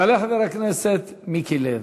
יעלה חבר הכנסת מיקי לוי.